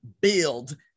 Build